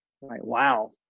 Wow